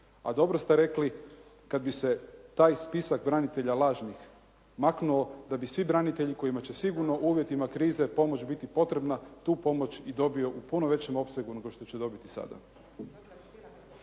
A dobro ste rekli kada bi se taj spisak lažnih maknuo, da bi svi branitelji kojima će sigurno u uvjetima krize pomoć biti potrebna, tu pomoć i dobiju u puno većem opsegu nego što će dobiti sada.